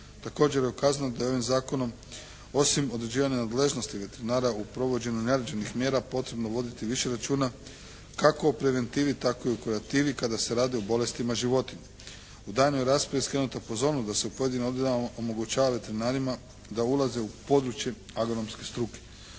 Također je ukazano da je ovim zakonom osim određivanja nadležnosti veterinara u provođenju …/Govornik se ne razumije./… potrebno voditi više računa kako u preventivi tako i u kurativi kada se radi o bolestima životinjama. U daljnjoj raspravi je skrenuta pozornost da se u pojedinim odredbama omogućava veterinarima da ulaze u područje agronomske struke.